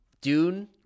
Dune